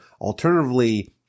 Alternatively